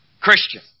Christian